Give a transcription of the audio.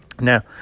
now